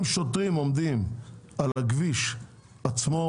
אם שוטרים עומדים על הכביש עצמו,